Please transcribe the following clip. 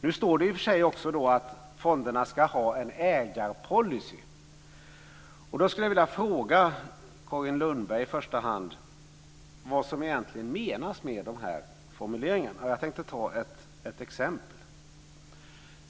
I och för sig står det också att fonderna ska ha en ägarpolicy, men jag vill fråga Carin Lundberg, i första hand, vad som egentligen menas med de här formuleringarna. Jag ska ta ett exempel.